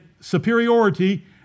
superiority